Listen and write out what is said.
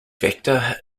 vector